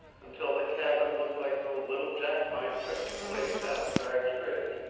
until the cabin looked like the little jackpine trysting-place down at cragg's ridge,